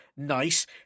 nice